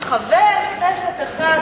חבר כנסת אחד,